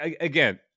again